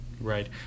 Right